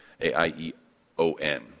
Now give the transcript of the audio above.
A-I-E-O-N